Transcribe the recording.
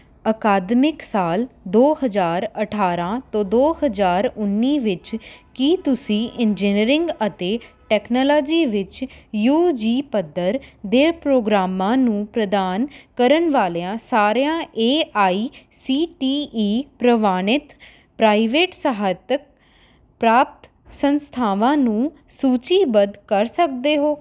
ਅਕਾਦਮਿਕ ਸਾਲ ਦੋ ਹਜ਼ਾਰ ਅਠਾਰਾਂ ਤੋਂ ਦੋ ਹਜ਼ਾਰ ਉੱਨੀ ਵਿੱਚ ਕੀ ਤੁਸੀਂ ਇੰਜੀਨੀਅਰਿੰਗ ਅਤੇ ਟੈਕਨਾਲੋਜੀ ਵਿੱਚ ਯੂ ਜੀ ਪੱਧਰ ਦੇ ਪ੍ਰੋਗਰਾਮਾਂ ਨੂੰ ਪ੍ਰਦਾਨ ਕਰਨ ਵਾਲਿਆਂ ਸਾਰਿਆਂ A I C T E ਪ੍ਰਵਾਨਿਤ ਪ੍ਰਾਈਵੇਟ ਸਹਾਇਤਾ ਪ੍ਰਾਪਤ ਸੰਸਥਾਵਾਂ ਨੂੰ ਸੂਚੀਬੱਧ ਕਰ ਸਕਦੇ ਹੋ